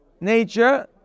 nature